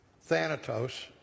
Thanatos